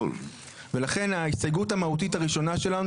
ולכן ההסתייגות המהותית הראשונה שלנו